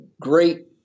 great